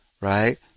right